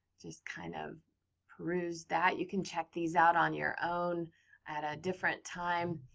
just kind of peruse that. you can check these out on your own at a different time.